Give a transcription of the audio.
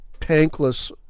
tankless